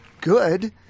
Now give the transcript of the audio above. good